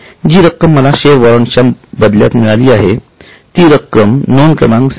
जी रक्कम मला शेअर वॉरंटच्या बदल्यात मिळाली आहे ती म्हणजे नोंद क्रमांक सी